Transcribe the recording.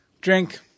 Drink